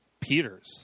Peters